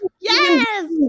yes